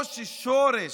או, האם שורש